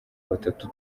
batatu